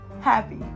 happy